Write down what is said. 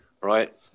right